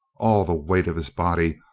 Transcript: all the weight of his body,